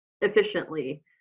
efficiently